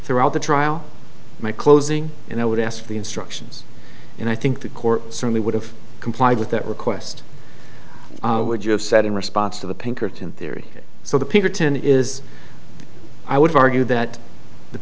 throughout the trial my closing and i would ask the instructions and i think the court certainly would have complied with that request would you have said in response to the pinkerton theory so the pinkerton is i would argue that the